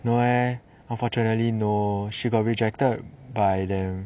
no leh unfortunately no she got rejected by them